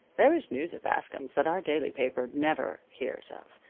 there is news at bascom's that our daily paper never hears of,